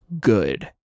good